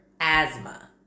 asthma